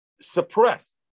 suppressed